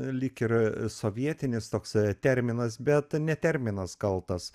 lyg ir sovietinis toks terminas bet ne terminas kaltas